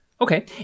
Okay